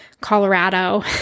Colorado